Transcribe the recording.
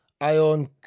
Ion